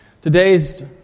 Today's